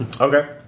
Okay